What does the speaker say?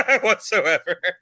whatsoever